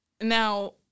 Now